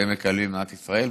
והם מקבלים ממדינת ישראל,